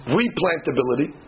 Replantability